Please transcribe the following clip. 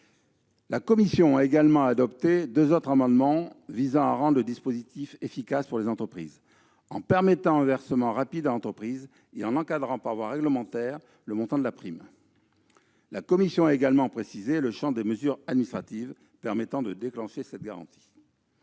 La commission a également adopté deux autres amendements visant à rendre le dispositif efficace pour les entreprises, en permettant un versement rapide à l'entreprise et en encadrant par voie réglementaire le montant de la prime. Elle a aussi précisé le champ des mesures administratives permettant de déclencher cette garantie.